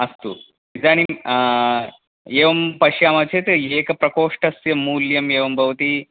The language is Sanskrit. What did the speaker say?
अस्तु इदानीं एवं पश्यामः चेत् एकप्रकोष्ठस्य मूल्यम् एवं भवति